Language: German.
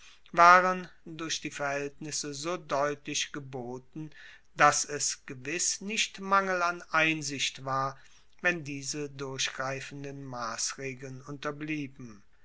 waren durch die verhaeltnisse so deutlich geboten dass es gewiss nicht mangel an einsicht war wenn diese durchgreifenden massregeln unterblieben